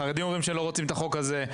החרדים אומרים שהם לא רוצים את החוק הזה,